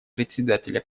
председателя